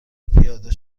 پیاده